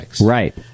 Right